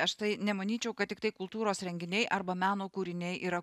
aš tai nemanyčiau kad tiktai kultūros renginiai arba meno kūriniai yra